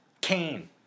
Kane